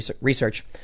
research